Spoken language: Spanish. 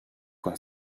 con